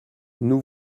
nous